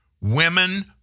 women